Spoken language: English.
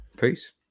peace